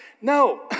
No